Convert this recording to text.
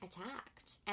attacked